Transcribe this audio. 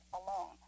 alone